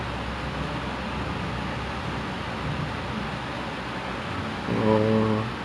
tapi right some of them already uh like dah beli like dah beli the present